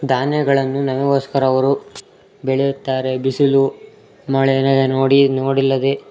ಧಾನ್ಯಗಳನ್ನು ನಮಗೋಸ್ಕರ ಅವರು ಬೆಳೆಯುತ್ತಾರೆ ಬಿಸಿಲು ಮಳೆನೇನೇ ನೋಡಿ ನೋಡಿಲ್ಲದೇ